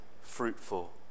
fruitful